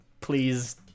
please